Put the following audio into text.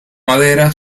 madera